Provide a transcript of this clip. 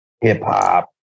hip-hop